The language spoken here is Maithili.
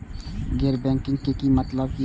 गैर बैंकिंग के की मतलब हे छे?